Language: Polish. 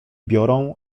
biorą